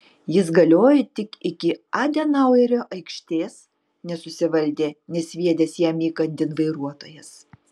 jis galioja tik iki adenauerio aikštės nesusivaldė nesviedęs jam įkandin vairuotojas